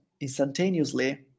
instantaneously